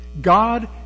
God